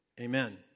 Amen